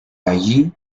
allí